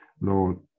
Lord